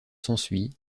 s’ensuit